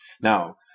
Now